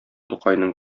тукайның